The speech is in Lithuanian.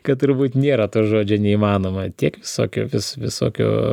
kad turbūt nėra to žodžio neįmanoma tiek visokių vis visokių